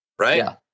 Right